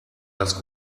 das